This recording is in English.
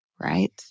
right